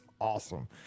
awesome